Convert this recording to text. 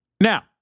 now